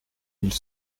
ils